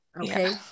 okay